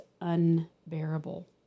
unbearable